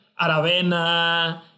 aravena